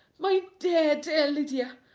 my dear, dear lydia!